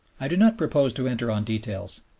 i do not propose to enter on details.